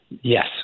Yes